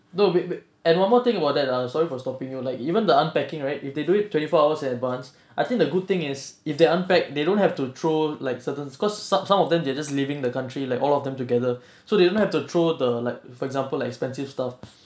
no wait wait and one more thing about that ah sorry for stopping you like even the unpacking right if they do it twenty four hours in advance I think the good thing is if they unpacked they don't have to throw like certain cause some some of them they just leaving the country like all of them together so they don't have to throw the like for example like expensive stuff